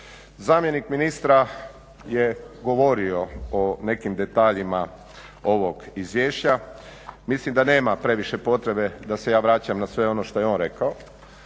Zamjenik ministra je govorio o nekim detaljima ovog izvješća. Mislim da nema previše potrebe da se ja vraćam na sve ono što je on rekao.